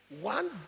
one